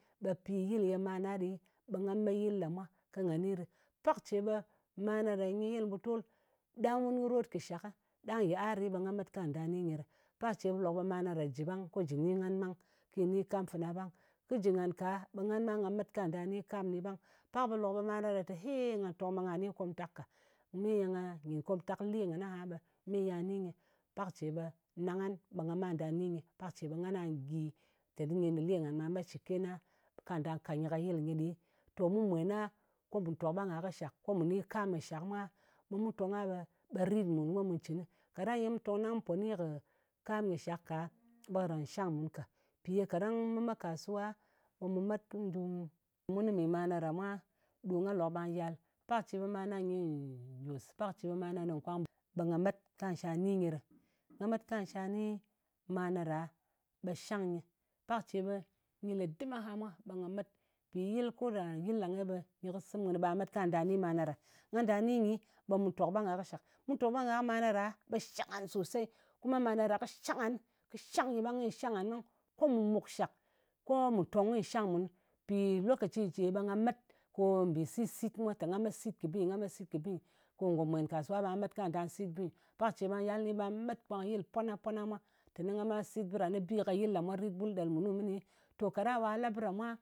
Mpɨ̀ yɨl ye mana ɗa ɗi ɓe nga met yɨl ɗa mwa ko nga ni ɗɨ. Pak ce ɓe mana ɗa nyɨ yɨl mbutol, ɗang mun kɨ rot kɨ shak, ɗang yɨar ɗi ɓe nga met ka nda ni nyɨ ɗɨ. Pak ce ɓe lok ɓe mana ɗa jɨ ɓang, ko jɨ ni ngan ɓang, ki ni kam fana ɓang. Kɨ jɨ nan ka, ɓe ngan ɓang nga met ka nɗa ni kam kɨni ɓang. Pak ɓe lok ɓe mana ɗa te hey, nga tong ɓe nga ni komtak ka me ye nga, nyìn kòmtak le ngan aha, me yà ni nyɨ. Pak ce ɓe nang ngan, ɓe nga ma ɗa ni nyɨ. Pak ce ɓe nga na gyi teni nyi kɨ le ngan ɓa ma nda gyi shɨ kena, ka nda kat nyɨ ka yɨl nyɨ ɗɨ. To mu mwen a, ko mu tok ɓang a kɨ shak, ko mu ni kam kɨ shak mwa, ɓe mu tong a ɓe, ɓe rit mùn ko mù cɨnɨ. Kaɗang mu tong ɗang mu pò ni kɨ kam kɨ shak ka, ɓe karan shang mun ka. Mpì ye kaɗang mu met kasuwa, ɓe mu met kù nɗu, mun kɨ mi manan ɗa mwa, ɗo nga lok bà nyàl. Pak ce ɓe mana nyɨ, pak ce ɓe mana nyɨ kwang, ɓe nga met kwa nda ni nyɨ ɗɨ. Nga met kwa nsha ni mwa ɗa, ɓe shang nyɨ. Pak ce ɓe nyɨ le dɨm aha mwa, ɓe nga met ko ɗa yɨl ɗang-e ɓe nyɨ kɨ sɨm kɨnɨ, ɓa met kwà nɗa ni mana ɗa. Nga da ni nyi, ɓe mu tòk ɓang a kɨ shak. Mu tòk ɓang a kɨ mana ɗa ɓe shang ngan sosai. Kuma mana ɗa kɨ shang ngan, kɨ shang nyɨ ɓang, ko mù mùk shak, ko mù tong ko nyɨ shang munɨ. Mpì lokaci ce ɓe nga met ko mbì sit-sit mwa, te nga me sit kɨ bɨ nyɨ, nga me sit kɨ bɨ nyɨ. Ko ngò mwèn kasuwa ɓe nga met ka nda sit bi. Pak ce ɓa yal mɨni ɓe nga met kwang yɨl pwana pwana mwa teni nga ma sit bɨ ɗa, ni bi ka yɨl ɗa mwa rit ɓul ɗel mùnu mɨni. To, ka ɗa wa la bɨ ɗa mwa